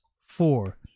four